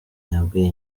yabwiye